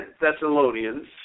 Thessalonians